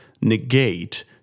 negate